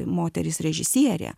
moteris režisierė